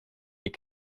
est